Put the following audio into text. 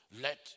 Let